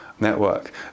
network